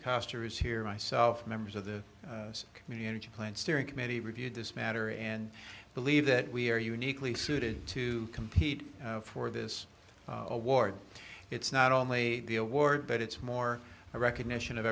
pastor is here myself members of the community plan steering committee reviewed this matter and believe that we are uniquely suited to compete for this award it's not only the award but it's more a recognition of